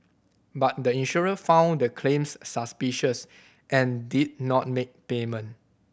but the insurer found the claims suspicious and did not make payment